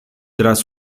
tras